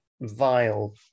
vile